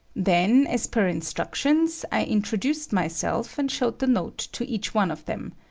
then, as per instructions, i introduced myself and showed the note to each one of them.